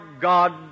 God